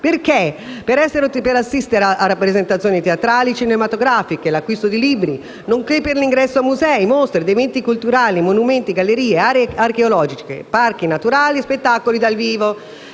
carta può essere utilizzata per assistere a rappresentazioni teatrali e cinematografiche, per l'acquisto di libri, nonché per l'ingresso a musei, mostre ed eventi culturali, monumenti, gallerie, aree archeologiche, parchi naturali e spettacoli dal vivo.